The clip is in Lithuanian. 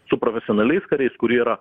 su profesionaliais kariais kurie yra